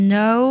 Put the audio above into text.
no